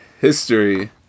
History